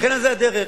וכן על זה הדרך.